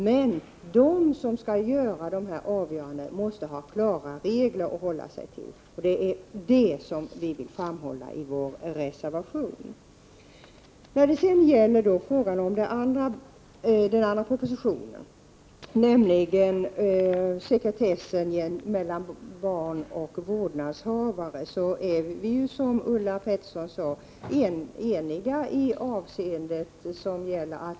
Men de som skall fatta avgörandet måste ha klara regler att hålla sig till. Detta framhåller vi i vår reservation. När det sedan gäller sekretesskyddet för barn gentemot vårdnadshavaren är vi, precis som Ulla Pettersson sade, eniga.